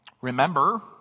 Remember